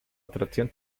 atracción